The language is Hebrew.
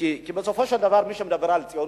כי בסופו של דבר מי שמדבר על ציונות,